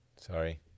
Sorry